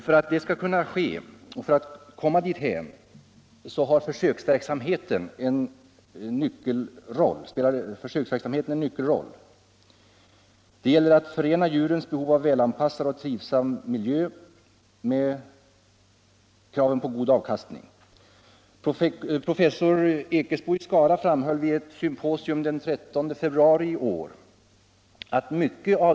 För att man skall komma dithän spelar försöksverksamheten en nyckelroll. Det gäller alltså att förena djurens behov av en väl anpassad och trivsam miljö med kraven på god avkastning.